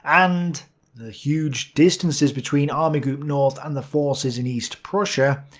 and the huge distances between army group north and the forces in east prussia,